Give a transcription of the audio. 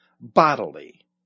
bodily